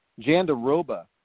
Jandaroba